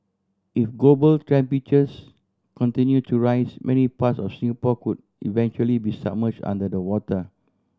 if global temperatures continue to rise many parts of Singapore could eventually be submerged under the water